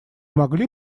могли